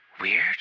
Weird